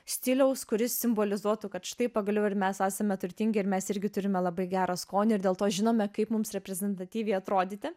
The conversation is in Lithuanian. stiliaus kuris simbolizuotų kad štai pagaliau ir mes esame turtingi ir mes irgi turime labai gerą skonį ir dėl to žinome kaip mums reprezentatyviai atrodyti